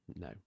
no